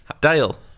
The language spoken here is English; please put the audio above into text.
Dale